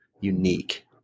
unique